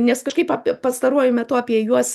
nes kažkaip ap pastaruoju metu apie juos